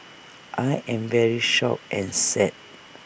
I am very shocked and sad